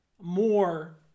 more